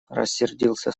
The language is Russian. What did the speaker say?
рассердился